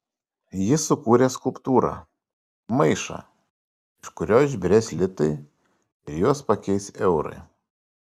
jis sukūrė skulptūrą maišą iš kurio išbyrės litai ir juos pakeis eurai